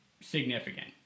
significant